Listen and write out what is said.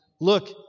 Look